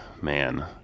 Man